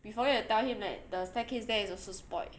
we forget to tell him that the staircase there is also spoiled